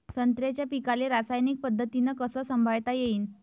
संत्र्याच्या पीकाले रासायनिक पद्धतीनं कस संभाळता येईन?